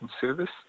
service